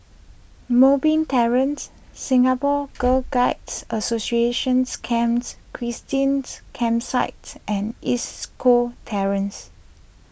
Moonbeam Terrace Singapore Girl Guides Associations Camps Christines Campsites and East Coast Terrace